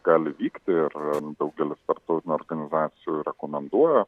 gali vykti ir daugelis tarptautinių organizacijų rekomenduoja